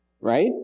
Right